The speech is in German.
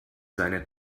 seine